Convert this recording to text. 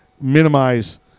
minimize